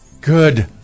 Good